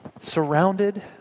surrounded